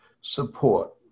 support